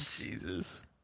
Jesus